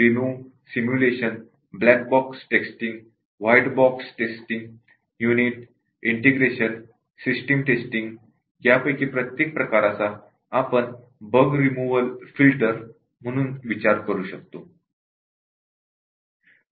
review simulation black box testing white box testing unit integration system testing यापैकी प्रत्येक प्रकाराचा आपण बग रिमूव्हल फिल्टर म्हणून विचार करू शकतो